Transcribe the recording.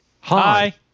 Hi